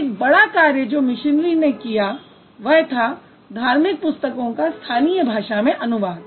एक बड़ा कार्य जो मिशनरी ने किया वह था धार्मिक पुस्तकों का स्थानीय भाषा में अनुवाद